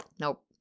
nope